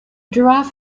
giraffe